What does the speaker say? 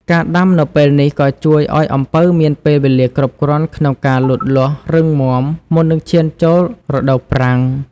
ការដាំនៅពេលនេះក៏ជួយឱ្យអំពៅមានពេលវេលាគ្រប់គ្រាន់ក្នុងការលូតលាស់រឹងមាំ មុននឹងឈានចូលរដូវប្រាំង។